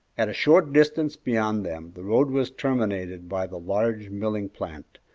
at a short distance beyond them the road was terminated by the large milling plant,